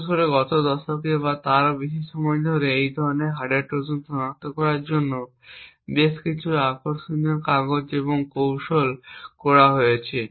বিশেষ করে গত দশকে বা তারও বেশি সময় ধরে এবং এই ধরনের হার্ডওয়্যার ট্রোজান সনাক্ত করার জন্য বেশ কিছু আকর্ষণীয় কাগজ এবং কৌশল আলোচনা করা হয়েছে